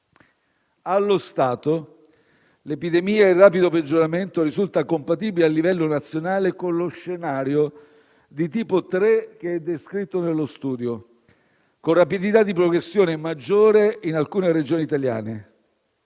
Allo stato l'epidemia è in rapido peggioramento e risulta compatibile a livello nazionale con lo scenario di tipo 3, che è descritto nello studio, con rapidità di progressione maggiore in alcune Regioni italiane.